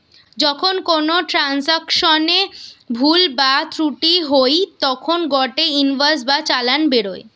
যখন কোনো ট্রান্সাকশনে ভুল বা ত্রুটি হই তখন গটে ইনভয়েস বা চালান বেরোয়